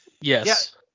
Yes